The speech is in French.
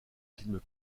films